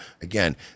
Again